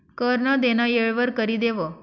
कर नं देनं येळवर करि देवं